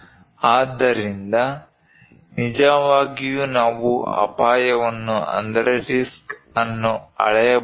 ಆದ್ದರಿಂದ ನಿಜವಾಗಿಯೂ ನಾವು ಅಪಾಯವನ್ನು ಅಳೆಯಬಹುದೇ